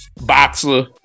boxer